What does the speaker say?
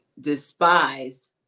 Despise